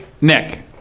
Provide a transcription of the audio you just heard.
Nick